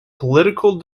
political